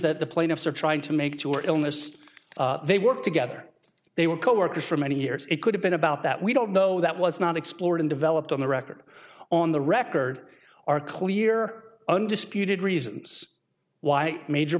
that the plaintiffs are trying to make sure illness they work together they were coworkers for many years it could have been about that we don't know that was not explored and developed on the record on the record are clear undisputed reasons why major